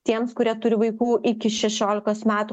tiems kurie turi vaikų iki šešiolikos metų